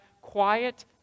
quiet